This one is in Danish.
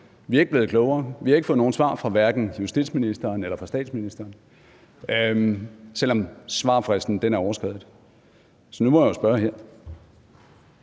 Vi er ikke blevet klogere. Vi har ikke fået nogen svar, fra hverken justitsministeren eller fra statsministeren, selv om svarfristen er overskredet, så nu må jeg jo spørge her.